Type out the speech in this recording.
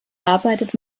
arbeitet